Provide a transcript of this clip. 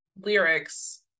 lyrics